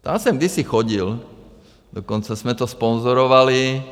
Tam jsem kdysi chodil, dokonce jsme to sponzorovali.